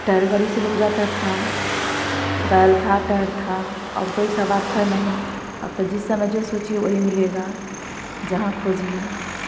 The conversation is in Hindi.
टैर गड़ी से लोग जाता था बैल था टैर था अब तो वैसा बात है नहीं अब तो जिस समय जो सोचिए वही मिलेगा जहाँ खोजिए